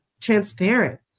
transparent